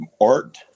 art